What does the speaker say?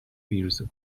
ویروس